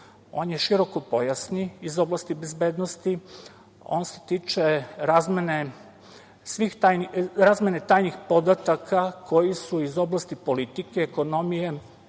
on je širokopojasni iz oblasti bezbednosti, on se tiče razmene tajnih podataka koji su iz oblasti politike, ekonomije,